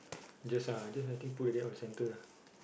just uh just I think put it there one the center ah